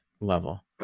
level